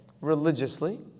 religiously